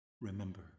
Remember